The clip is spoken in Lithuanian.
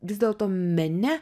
vis dėlto mene